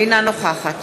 אינה נוכחת